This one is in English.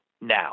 now